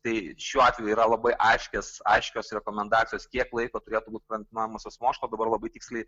tai šiuo atveju yra labai aiškias aiškios rekomendacijos kiek laiko turėtų būt karantinuojamas asmuo aš dabar labai tiksliai